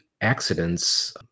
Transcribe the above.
accidents